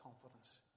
confidence